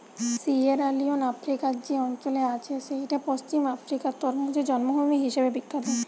Sierra Leone আফ্রিকার যে অঞ্চলে আছে সেইটা পশ্চিম আফ্রিকার তরমুজের জন্মভূমি হিসাবে বিখ্যাত